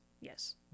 yes